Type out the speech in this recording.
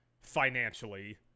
financially